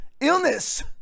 illness